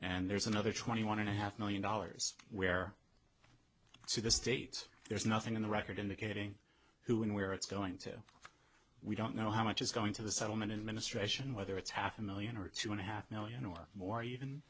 and there's another twenty one and a half million dollars where the state there's nothing in the record indicating who and where it's going to we don't know how much is going to the settlement in ministration whether it's half a million or two and a half million or more even